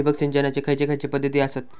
ठिबक सिंचनाचे खैयचे खैयचे पध्दती आसत?